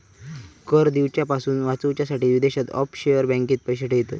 कर दिवच्यापासून वाचूच्यासाठी विदेशात ऑफशोअर बँकेत पैशे ठेयतत